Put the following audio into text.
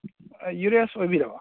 ꯑꯥ ꯌꯨꯔꯦꯁ ꯑꯣꯏꯕꯤꯔꯕ